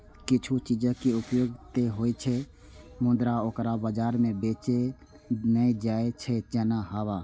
किछु चीजक उपयोग ते होइ छै, मुदा ओकरा बाजार मे बेचल नै जाइ छै, जेना हवा